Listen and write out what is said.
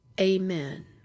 Amen